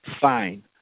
fine